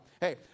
Hey